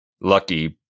lucky